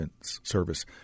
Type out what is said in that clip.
service